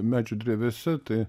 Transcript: medžių drevėse tai